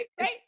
right